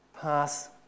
pass